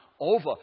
over